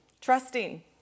Trusting